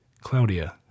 Claudia